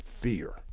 fear